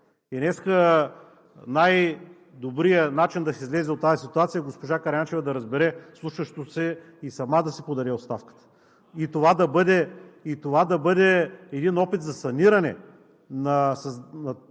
Атанасова. Най-добрият начин днес да се излезе от тази ситуация е госпожа Караянчева да разбере случващото се и сама да си подаде оставката и това да бъде един опит за саниране на този